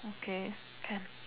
okay can